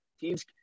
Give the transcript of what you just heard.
teams